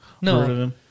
No